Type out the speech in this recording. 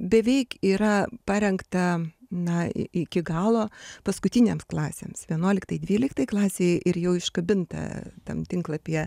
beveik yra parengta na iki galo paskutinėms klasėms vienuoliktai dvyliktai klasei ir jau iškabinta tam tinklapyje